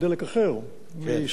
מסולר וממזוט.